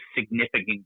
significant